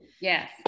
Yes